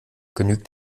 genügt